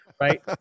Right